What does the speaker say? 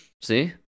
See